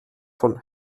von